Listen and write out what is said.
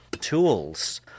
tools